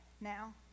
now